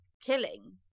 killing